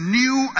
new